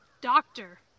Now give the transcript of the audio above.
doctor